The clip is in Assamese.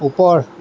ওপৰ